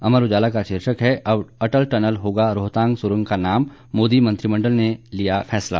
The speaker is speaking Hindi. अमर उजाला का शीर्षक है अब अटल टनल होगा रोहतांग सुरंग का नाम मोदी मंत्रिमंडल में लिया गया फैसला